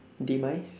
demise